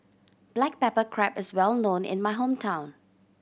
black pepper crab is well known in my hometown